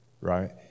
right